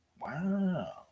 Wow